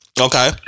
okay